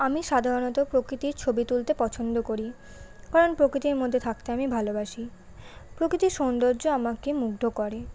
আমি সাধারণত প্রকৃতির ছবি তুলতে পছন্দ করি কারণ প্রকৃতির মধ্যে থাকতে আমি ভালোবাসি প্রকৃতির সৌন্দর্য আমাকে মুগ্ধ করে